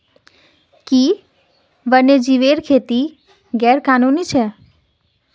कि वन्यजीवेर खेती गैर कानूनी छेक?